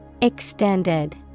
Extended